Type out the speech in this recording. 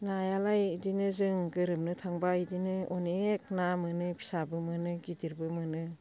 नायालाय बिदिनो जों गोरोमनो थांबा बिदिनो अनेक ना मोनो फिसाबो मोनो गिदिरबो मोनो